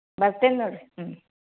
ಬರ್ತೇನೆ ನೋಡಿರಿ ಹ್ಞೂ